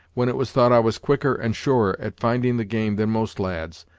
when it was thought i was quicker and surer at finding the game than most lads,